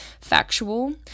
factual